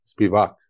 Spivak